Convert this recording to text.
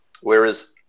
Whereas